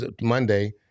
Monday